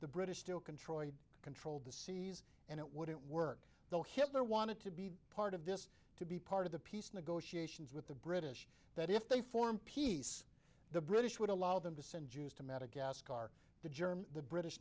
the british still control controlled the seas and it wouldn't work though hitler wanted to be part of this to be part of the peace negotiations with the british that if they formed peace the british would allow them to send jews to madagascar the german the british